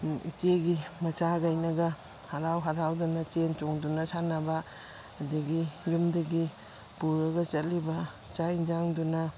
ꯏꯆꯦꯒꯤ ꯃꯆꯥꯒꯩꯅꯒ ꯍꯔꯥꯎ ꯍꯔꯥꯎꯗꯅ ꯆꯦꯟ ꯆꯣꯡꯗꯨꯅ ꯁꯥꯟꯅꯕ ꯑꯗꯒꯤ ꯌꯨꯝꯗꯒꯤ ꯄꯨꯔꯒ ꯆꯠꯂꯤꯕ ꯆꯥꯛ ꯑꯦꯟꯁꯥꯡꯗꯨꯅ